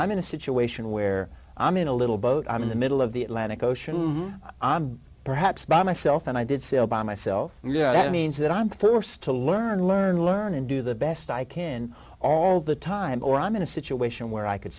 i'm in a situation where i'm in a little boat i'm in the middle of the atlantic ocean perhaps by myself and i did see obama self and yeah that means that i'm thirst to learn learn learn and do the best i can all the time or i'm in a situation where i could